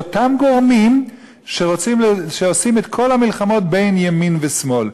אלה אותם גורמים שעושים את כל המלחמות בין ימין לשמאל,